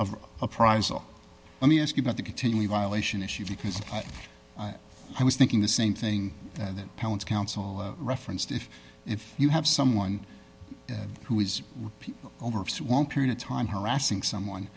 of a prize or let me ask you about the continually violation issue because i was thinking the same thing that palin's counsel referenced if if you have someone who is over swan period of time harassing someone